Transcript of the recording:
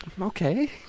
okay